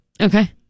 Okay